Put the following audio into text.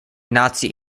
nazi